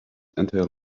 entirely